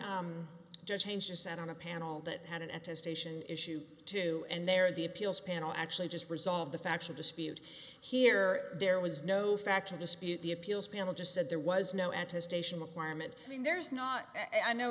it just changed sat on a panel that had an anticipation issue too and there the appeals panel actually just resolved the factual dispute here there was no fact to dispute the appeals panel just said there was no anticipation requirement i mean there's not i know